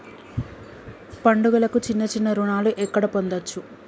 పండుగలకు చిన్న చిన్న రుణాలు ఎక్కడ పొందచ్చు?